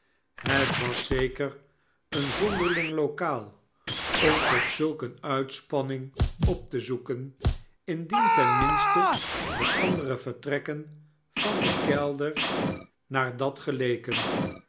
het was zeker een zonderling lokaal om tot zulk eene uitspanning op te zoeken indien ten minste de andere vertrekken van den kelder naar dat geleken